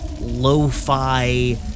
lo-fi